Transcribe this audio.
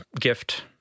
gift